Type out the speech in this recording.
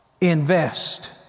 invest